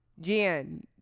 Jan